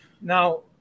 Now